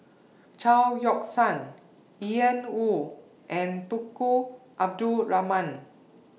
Chao Yoke San Ian Woo and Tunku Abdul Rahman